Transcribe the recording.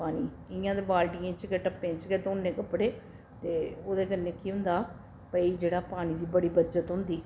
पानी इयां ते बाल्टियें च गै टप्पें च गै धोने कपड़े ते ओह्दे कन्नै केह् होंदा भई जेह्ड़ा पानी दी बड़ी बचत होंदी